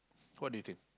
what do you think